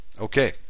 Okay